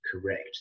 correct